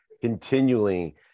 continually